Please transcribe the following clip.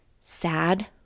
sad